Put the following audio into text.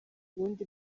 ubundi